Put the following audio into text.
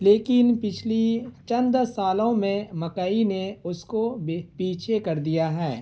لیکن پچھلی چند سالوں میں مکئی نے اس کو بھی پیچھے کر دیا ہے